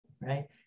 right